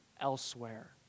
elsewhere